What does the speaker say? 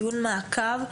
דיון מעקב,